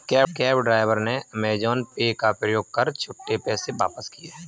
cab driver ने Amazon Pay का प्रयोग कर छुट्टे पैसे वापस किए